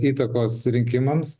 įtakos rinkimams